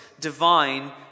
divine